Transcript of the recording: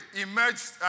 emerged